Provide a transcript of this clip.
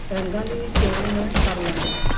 ਰੰਗਾਂ ਦੀ ਵੀ ਚੋਣ ਮੈਂ ਕਰ ਲੈਂਦੀ ਹਾਂ